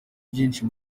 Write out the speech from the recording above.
byinshi